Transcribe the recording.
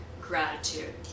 gratitude